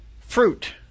fruit